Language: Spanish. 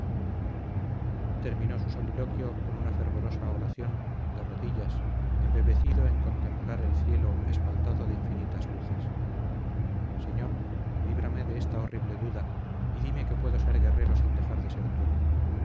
terminó su soliloquio con una fervorosa oración de rodillas embebecido en contemplar el cielo esmaltado de infinitas luces señor líbrame de esta horrible duda y dime que puedo ser guerrero sin dejar de ser tuyo